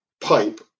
pipe